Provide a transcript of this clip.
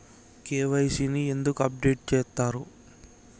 KYC ని ఎందుకు update చేత్తరు?